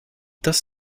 das